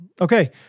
Okay